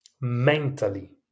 mentally